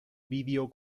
bivio